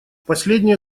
последние